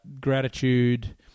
gratitude